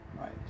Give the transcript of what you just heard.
right